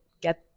get